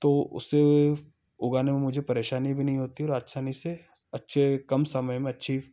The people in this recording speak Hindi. तो उसे उगाने में मुझे परेशानी भी नहीं होती और आसानी से अच्छे कम समय में अच्छी